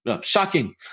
Shocking